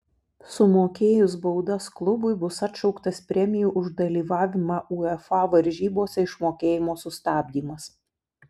sumokėjus baudas klubui bus atšauktas premijų už dalyvavimą uefa varžybose išmokėjimo sustabdymas